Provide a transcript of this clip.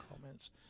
comments